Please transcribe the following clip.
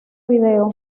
vídeo